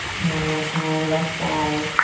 and one more time left side.